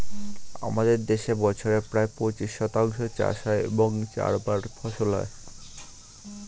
আমাদের দেশে বছরে প্রায় পঁচিশ শতাংশ চাষ হয় এবং চারবার ফসল হয়